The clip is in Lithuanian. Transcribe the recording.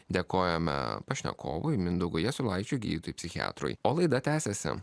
dėkojame pašnekovui mindaugo jasulaičio gydytojui psichiatrui o laida tęsiasi